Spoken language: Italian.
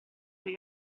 coi